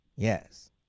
Yes